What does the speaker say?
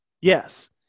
Yes